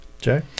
Jay